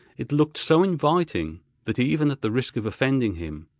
it looked so inviting that, even at the risk of offending him,